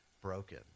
broken